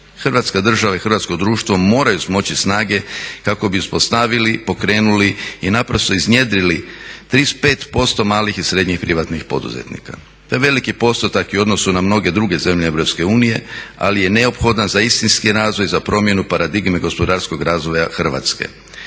Hrvatska država i hrvatsko društvo moraju smoći snage kako bi uspostavili, pokrenuli i naprosto iznjedrili 35% malih i srednjih privatnih poduzetnika. To je veliki postotak i u odnosu na mnoge druge zemlje Europske unije ali je neophodan za istinskih razvoj i za promjenu paradigme gospodarskog razvoja Hrvatske.